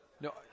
No